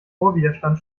vorwiderstand